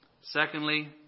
Secondly